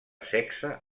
sexe